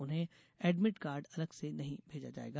उन्हें admit card अलग से नही मेजा जायेगा